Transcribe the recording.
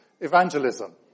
evangelism